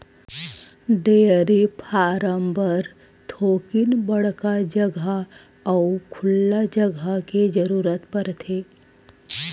dairy farm बर थोकिन बड़का जघा अउ खुल्ला जघा के जरूरत परथे